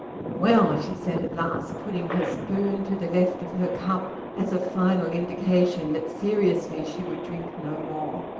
well! she said at last, putting her spoon to the left of her cup as a final indication that seriously she would drink no more.